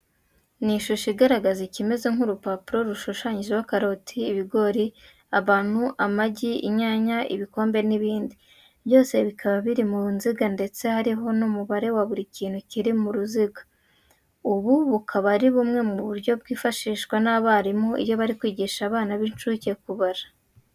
Ni ishusho igaragaza ikimeze nk'urupapuro rushushanyijeho karoti, ibigori, abantu, amagi, inyanya, ibikombe n'ibindi. Byose bikaba biri mu nziga ndetse hariho n'umubare wa buri kintu kiri mu ruziga. Ubu bukaba ari bumwe mu buryo bwifashishwa n'abarimu iyo bari kwigisha abana b'incuke kubara.